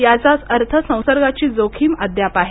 याचाच अर्थ संसर्गाची जोखीम अद्याप आहे